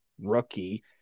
rookie